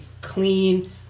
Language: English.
clean